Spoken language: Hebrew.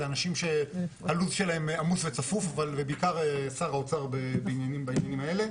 אלו אנשים שהלו"ז שלהם עמוס וצפוף ובעיקר שר האוצר בעניינים האלה.